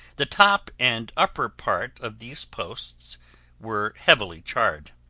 the top and upper part of these posts were heavily charred.